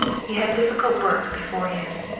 he had difficult work before him.